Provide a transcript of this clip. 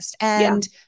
And-